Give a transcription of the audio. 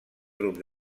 grup